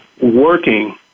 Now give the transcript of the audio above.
working